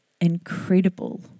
incredible